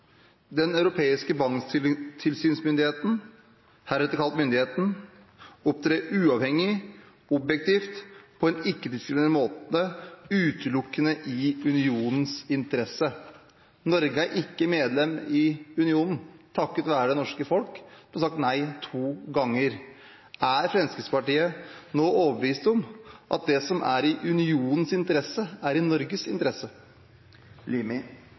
den europeiske tilsynsmyndighet , heretter kalt «Myndigheten», opptre uavhengig, objektivt og på en ikke-diskriminerende måte utelukkende i Unionens interesse.» Norge er ikke medlem i unionen, takket være det norske folk som har sagt nei to ganger. Er Fremskrittspartiet nå overbevist om at det som er i unionens interesse, er i Norges interesse?